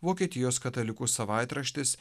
vokietijos katalikų savaitraštis